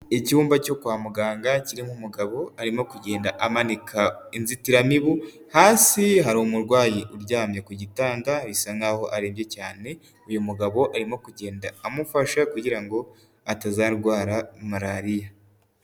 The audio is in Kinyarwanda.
Icyumba cyo kwa muganga, kirimo umugabo arimo kugenda amanika inzitiramibu, hasi hari umurwayi uryamye ku gitanda, bisa nkaho arebye cyane, uyu mugabo arimo kugenda amufasha kugira ngo atazarwara malariya.